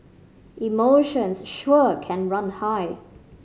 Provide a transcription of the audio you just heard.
emotions sure can run high